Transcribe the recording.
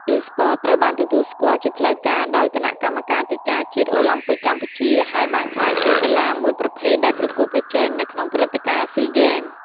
អុីស្ព័ត ត្រូវបានទទួលស្គាល់ជាផ្លូវការដោយ គណៈកម្មាធិការជាតិអូឡាំពិកកម្ពុជា ហើយបានក្លាយជាកីឡាមួយប្រភេទដែលប្រកួតប្រជែងនៅក្នុងព្រឹត្តិការណ៍ ស៊ីហ្គេម។